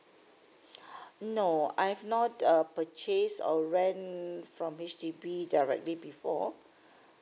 no I have not purchased or rent from H_D_B directly before